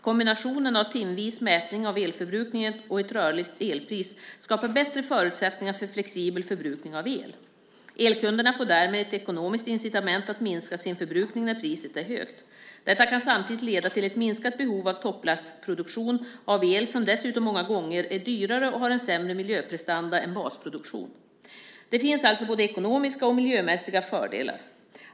Kombinationen av timvis mätning av elförbrukningen och ett rörligt elpris skapar bättre förutsättningar för flexibel förbrukning av el. Elkunderna får därmed ett ekonomiskt incitament att minska sin förbrukning när priset är högt. Detta kan samtidigt leda till ett minskat behov av topplastproduktion av el som dessutom många gånger är dyrare och har en sämre miljöprestanda än basproduktionen. Det finns alltså både ekonomiska och miljömässiga fördelar.